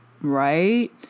right